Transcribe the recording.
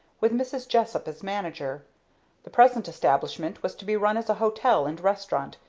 with mrs. jessup as manager the present establishment was to be run as a hotel and restaurant,